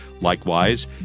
Likewise